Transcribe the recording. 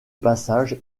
passage